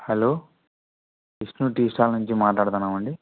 hello Vishnu tea stall నుంచి మాట్లాడుతన్నామండి